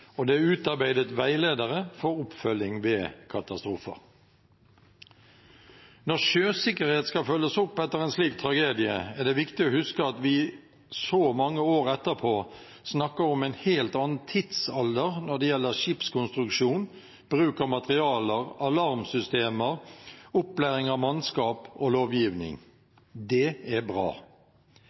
og det er utarbeidet veiledere for oppfølging ved katastrofer. Når sjøsikkerhet skal følges opp etter en slik tragedie, er det viktig å huske at vi så mange år etterpå snakker om en helt annen tidsalder når det gjelder skipskonstruksjon, bruk av materialer, alarmsystemer, opplæring av mannskap og lovgivning. Det er bra.